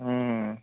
ಹ್ಞೂ